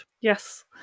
Yes